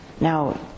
Now